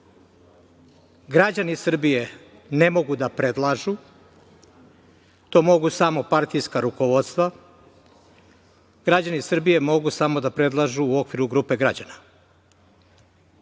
Građani Srbije ne mogu da predlažu, to mogu samo partijska rukovodstva, građani Srbije mogu samo da predlažu u okviru grupe građana.Zašto